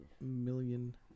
million